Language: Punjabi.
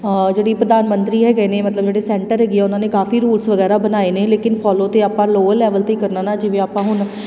ਜਿਹੜੀ ਪ੍ਰਧਾਨ ਮੰਤਰੀ ਹੈਗੇ ਨੇ ਮਤਲਬ ਜਿਹੜੇ ਸੈਂਟਰ ਹੈਗੇ ਉਹਨਾਂ ਨੇ ਕਾਫ਼ੀ ਰੂਲਸ ਵਗੈਰਾ ਬਣਾਏ ਨੇ ਲੇਕਿਨ ਫੋਲੋ ਤਾਂ ਆਪਾਂ ਲੋਅ ਲੈਵਲ 'ਤੇ ਹੀ ਕਰਨਾ ਨਾ ਜਿਵੇਂ ਆਪਾਂ ਹੁਣ